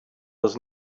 was